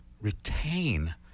retain